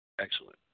Excellent